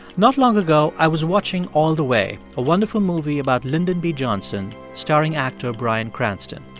not long ago, i was watching all the way, a wonderful movie about lyndon b. johnson starring actor bryan cranston.